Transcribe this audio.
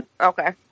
Okay